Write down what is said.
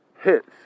hits